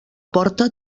porta